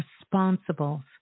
responsible